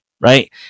right